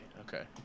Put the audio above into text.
okay